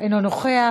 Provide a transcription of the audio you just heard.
אינו נוכח,